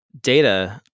data